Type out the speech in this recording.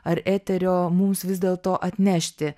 ar eterio mums vis dėlto atnešti